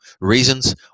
reasons